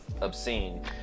obscene